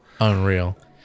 Unreal